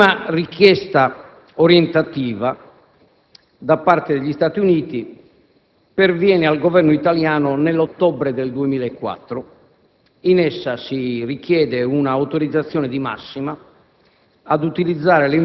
La prima richiesta orientativa da parte degli Stati Uniti perviene al Governo italiano nell'ottobre del 2004: in essa si richiede un'autorizzazione di massima